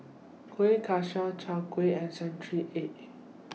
Kueh Kaswi Chai Kueh and Century Egg